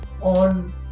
on